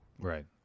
right